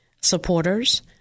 supporters